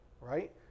right